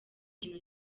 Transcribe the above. kintu